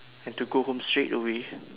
have to go home straightaway